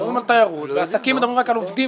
מדברים על תיירות ובעסקים מדברים רק על עובדים